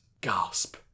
Gasp